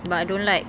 but I don't like